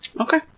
Okay